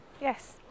Yes